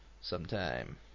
sometime